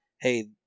hey